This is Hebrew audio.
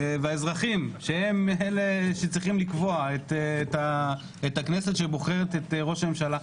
והאזרחים שהם אלה שצריכים לקבוע את הכנסת שבוחרת את ראש הממשלה,